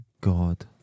God